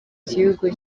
gihugu